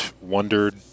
wondered